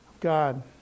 God